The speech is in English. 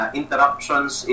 interruptions